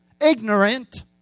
ignorant